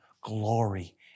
glory